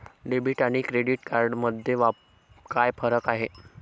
Debit आणि credit card मध्ये काय फरक आहे?